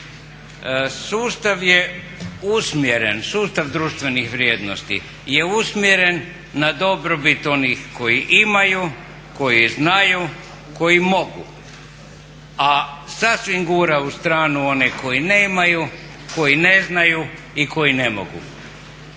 sustav društvenih vrijednosti je usmjeren na dobrobit onih koji imaju, koji znaju, koji mogu, a sasvim gura u stranu one koji nemaju, koji ne znaju i koji ne mogu.